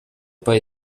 pas